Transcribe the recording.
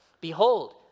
Behold